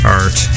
art